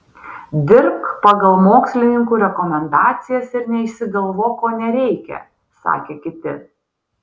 dirbk pagal mokslininkų rekomendacijas ir neišsigalvok ko nereikia sakė kiti